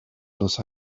los